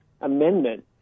amendment